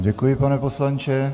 Děkuji, pane poslanče.